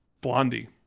Blondie